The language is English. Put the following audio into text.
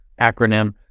acronym